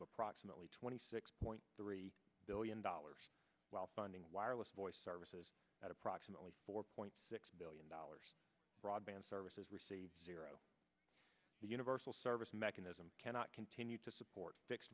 of approximately twenty six point three billion dollars while funding wireless voice services at approximately four point six billion dollars broadband services receives zero universal service mechanism cannot continue to support fixed